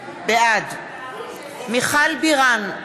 בעד מיכל בירן,